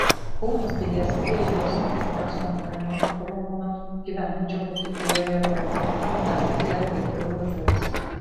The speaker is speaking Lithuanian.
kauno pilies prieigose eksponuojama rumuno gyvenančio vokietijoje paroda dacia ir vairuotojas